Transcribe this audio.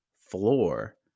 floor